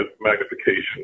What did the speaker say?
magnification